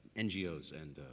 ngos and